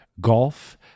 golf